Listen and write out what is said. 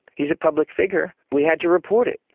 he's a public figure, we had to report it.